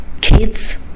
kids